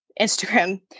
Instagram